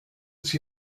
sie